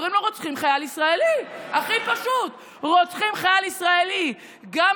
אומרים לו, רוצחים חייל ישראלי, הכי פשוט.